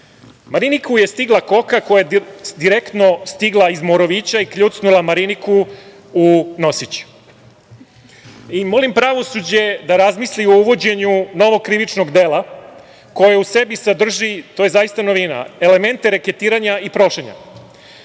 Mariniku je stigla koka koja je direktno stigla iz Morovića i kljucnula Mariniku u nosić. Molim pravosuđe da razmisli o uvođenju novog krivičnog dela koje u sebi sadrži, to je zaista novina, elemente reketiranja i prošenja.